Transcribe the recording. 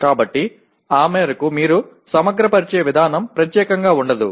కాబట్టి ఆ మేరకు మీరు సమగ్రపరిచే విధానం ప్రత్యేకంగా ఉండదు